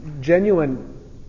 genuine